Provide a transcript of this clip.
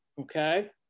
Okay